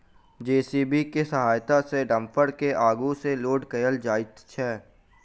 JCB के सहायता सॅ डम्फर के आगू सॅ लोड कयल जाइत छै